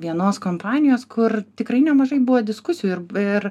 vienos kompanijos kur tikrai nemažai buvo diskusijų ir ir